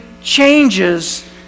changes